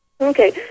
Okay